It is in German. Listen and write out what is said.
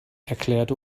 erklärte